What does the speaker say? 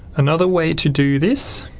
another way to do this